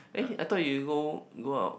eh I thought you go go out